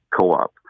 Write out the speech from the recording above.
co-op